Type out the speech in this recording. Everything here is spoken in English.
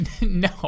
No